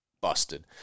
busted